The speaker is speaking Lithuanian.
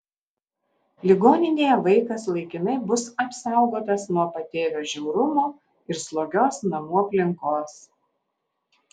ligoninėje vaikas laikinai bus apsaugotas nuo patėvio žiaurumo ir slogios namų aplinkos